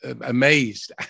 amazed